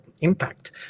impact